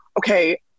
okay